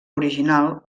original